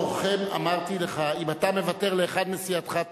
אמרתי לך שאם אתה מוותר לאחד מסיעתך,